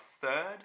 third